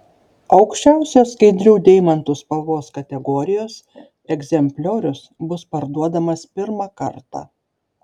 aukščiausios skaidrių deimantų spalvos kategorijos egzempliorius bus parduodamas pirmą kartą